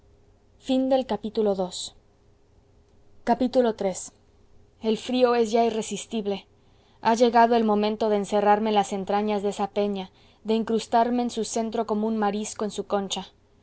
cobarde porque adoro la vida iii el frío es ya irresistible ha llegado el momento de encerrarme en las entrañas de esa peña de incrustarme en su centro como un marisco en su concha